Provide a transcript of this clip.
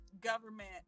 government